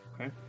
Okay